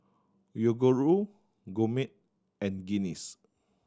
Yoguru Gourmet and Guinness